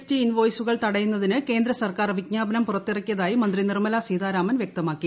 T ഇൻവോയ്സുകൾ ത്ടയുന്നതിന് കേന്ദ്ര സർക്കാർ വിജ്ഞാപനം പുറത്തിറക്കിയതായി മന്ത്രി നിർമലാ സീതാരാമൻ വ്യക്തമാക്കി